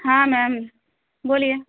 ہاں میم بولیے